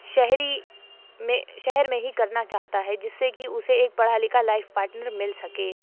شہری میں شہر میں ہی کرنا چاہتا ہے جس سے کہ اسے ایک پڑھا لکھا لائف پاٹنر مل سکے